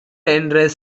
என்ற